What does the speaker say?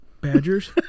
Badgers